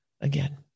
again